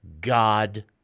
God